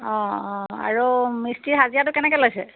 অঁ অঁ আৰু মিস্ত্ৰী হাজিৰাটো কেনেকৈ লৈছে